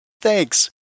Thanks